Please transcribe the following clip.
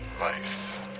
life